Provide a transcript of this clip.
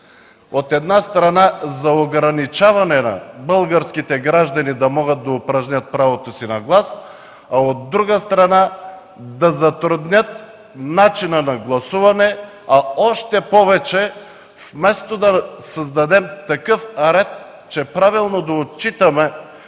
от една страна, ограничаване на българските граждани да могат да упражнят правото си на глас, а от друга страна – да затруднят начина на гласуване. Още повече, вместо да създадем такъв ред, че правилно да отчитаме